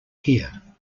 here